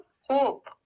hope